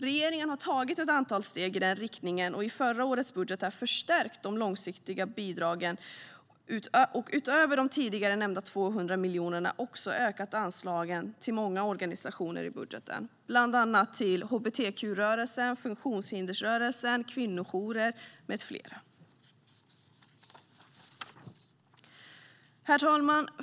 Regeringen har tagit ett antal steg i den riktningen och i förra årets budget förstärkt de långsiktiga obundna bidragen. Utöver de tidigare nämnda 200 miljonerna har man ökat anslagen till många organisationer i budgeten, bland annat till hbtq-rörelsen, funktionshindersrörelsen och kvinnojourer. Herr talman!